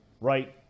right